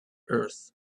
earth